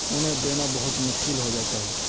انہیں دینا بہت مشکل ہو جاتا ہے